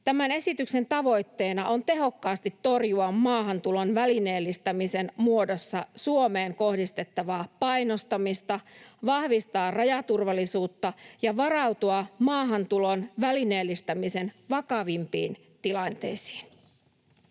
Tämän esityksen tavoitteena on tehokkaasti torjua maahantulon välineellistämisen muodossa Suomeen kohdistettavaa painostamista, vahvistaa rajaturvallisuutta ja varautua maahantulon välineellistämisen vakavimpiin tilanteisiin.